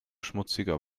schmutziger